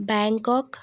Bangkok